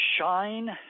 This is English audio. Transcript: shine